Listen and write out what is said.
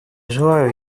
желаю